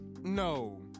no